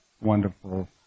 wonderful